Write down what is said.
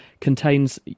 contains